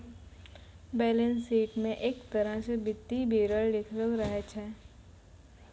balance sheet म एक तरह स वित्तीय विवरण लिखलो रहै छै